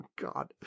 God